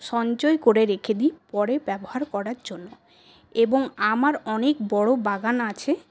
সঞ্চয় করে রেখে দিই পরে ব্যবহার করার জন্য এবং আমার অনেক বড়ো বাগান আছে